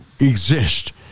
exist